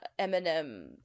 Eminem